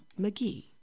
McGee